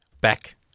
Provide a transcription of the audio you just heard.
back